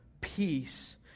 peace